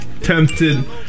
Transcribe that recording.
Tempted